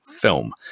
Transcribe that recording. film